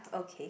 okay